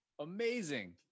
Amazing